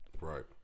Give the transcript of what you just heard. right